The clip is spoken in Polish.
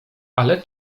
ale